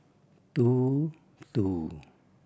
two two